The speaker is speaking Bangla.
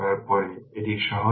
তাই আমি বললাম iNorton iSC